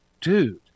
Dude